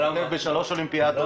הוא השתתף בשלוש אולימפיאדות.